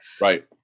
Right